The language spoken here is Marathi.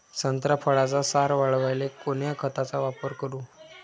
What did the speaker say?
संत्रा फळाचा सार वाढवायले कोन्या खताचा वापर करू?